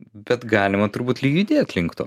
bet galima turbūt judėt link to